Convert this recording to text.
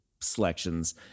selections